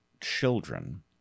children